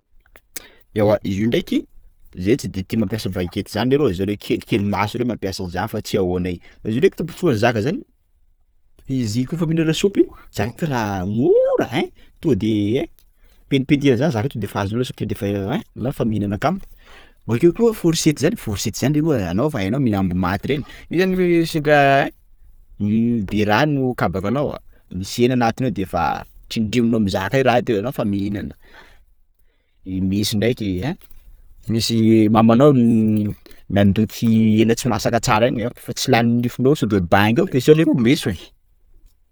Ewa izy io ndreky zay tsy tia mampiasa bagety zany leroa zareo kelikely maso reo mampiasa an'ny zany fa tsy ahoanay! _x000D_ Fa izy io ndreky tombotsoan'ny zaka zany, izy kôfa mihinana lasopy, zany ke raha mora! ein: to de ein! pendipendenao zaka zany to defa azonao lasopy to defa an! _x000D_ Anao fa mihinana kamo; bakeo koa forsety zany, forsety zany leroa anao fa hainao mihina omby maty reny, io zany fa hoe sioka an! _x000D_ Be rano kabaka anao misy hena anatiny ao defa trindriminao amin' zaka io raha io, de anao fa mihinana; meso ndreka ein, misy mamanao nandoky hena tsy masaka tsara iny! _x000D_ Efa tsy lanin'ny nifinao sao de banga ampiasao leroa meso e